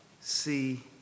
see